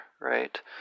right